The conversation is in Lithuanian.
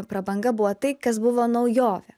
prabanga buvo tai kas buvo naujovė